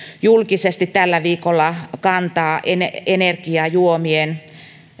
julkisesti tällä viikolla kantaa energiajuomien